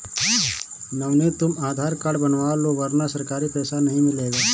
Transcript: नवनीत तुम आधार कार्ड बनवा लो वरना सरकारी पैसा नहीं मिलेगा